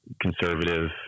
conservative